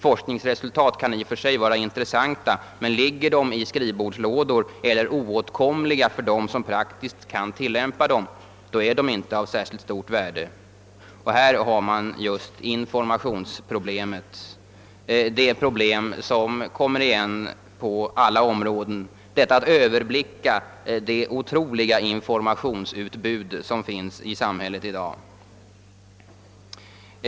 Forskningsresultat kan i och för sig vara intressanta, men ligger de i skrivbordslådor eller eljest oåtkomliga för dem som praktiskt kan tillämpa resultaten är de inte av särskilt stort värde. Här har vi just informationsproblemet — det problem som kommer igen på alla områden — och svårigheten att överblicka det väldiga informationsutbud som finns i samhället i dag.